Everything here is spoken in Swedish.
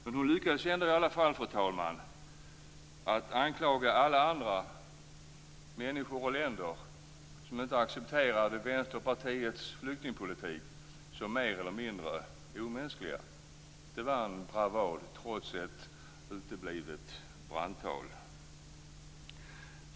Men hon lyckades ändå, fru talman, att anklaga alla andra människor och länder som inte accepterar Vänsterpartiets flyktingpolitik för att vara mer eller mindre omänskliga. Det var en bravad, trots ett uteblivet brandtal.